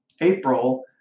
April